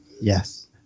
Yes